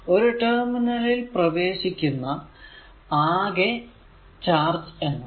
ഒരു ടെർമിനലിൽ പ്രവേശിക്കുന്ന അകെ ചാർജ് എന്നത്